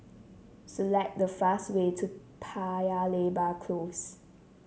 select the fast way to Paya Lebar Close